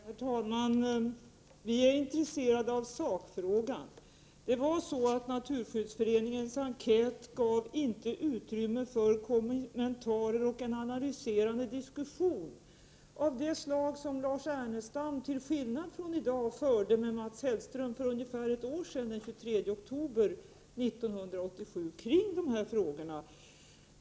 Herr talman! Vi är intresserade av sakfrågan. Naturskyddsföreningens enkät gav inte utrymme för kommentarer och en analyserande diskussion av det slag som Lars Ernestam, till skillnad från i dag, förde med Mats Hellström för ungefär ett år sedan, den 23 oktober 1987, kring dessa frågor.